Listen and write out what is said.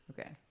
Okay